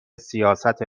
سیاست